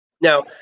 Now